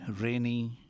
rainy